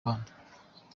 rwanda